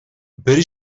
бер